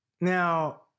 Now